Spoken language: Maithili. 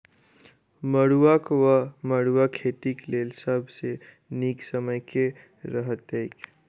मरुआक वा मड़ुआ खेतीक लेल सब सऽ नीक समय केँ रहतैक?